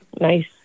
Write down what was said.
Nice